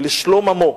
לשלום עמו,